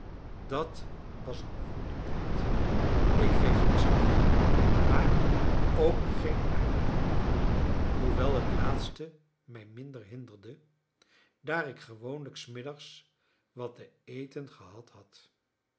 dat was een goede tijd ik kreeg geen slag maar ook geen aardappelen hoewel het laatste mij minder hinderde daar ik gewoonlijk s middags wat te eten gehad had